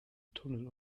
tunnel